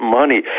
money